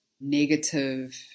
negative